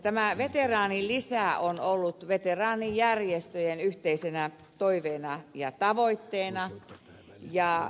tämä veteraanilisä on ollut veteraanijärjestöjen yhteisenä toiveena ja tavoitteena